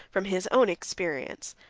from his own experience,